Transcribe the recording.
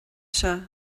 seo